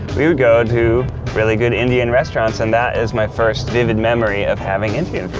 we would go to really good indian restaurants and that is my first vivid memory of having indian